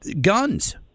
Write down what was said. guns